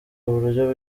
uburyo